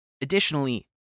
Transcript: Additionally